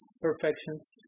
perfections